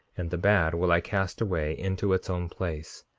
and the bad will i cast away into its own place.